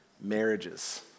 marriages